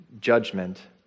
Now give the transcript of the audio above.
judgment